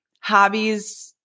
hobbies